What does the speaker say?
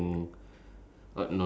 ya that would make like